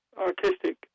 artistic